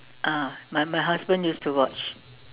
ah my my husband used to watch